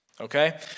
Okay